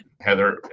Heather